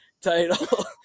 title